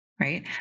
right